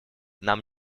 нам